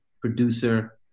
producer